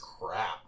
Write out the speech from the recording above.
crap